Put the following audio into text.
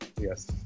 Yes